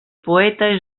poeta